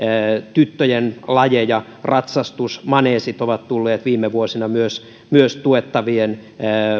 tyttöjen lajeja ratsastusmaneesit ovat tulleet viime vuosina myös myös tuettavien